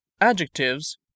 Adjectives